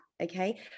okay